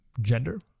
gender